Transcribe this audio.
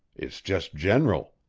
it's just general.